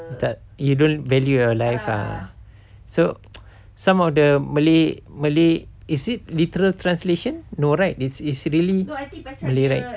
tak you don't value your life ah so some of the malay malay is it literal translation no right it's really malay right